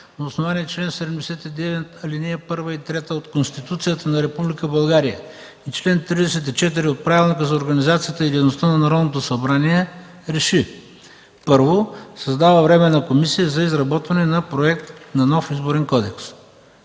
на основание чл. 79, ал. 1 и 3 от Конституцията на Република България и чл. 34 от Правилника за организацията и дейността на Народното събрание РЕШИ: Създава Временна комисия за изработване на Проект на нов Изборен кодекс.”